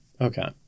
okay